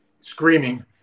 Screaming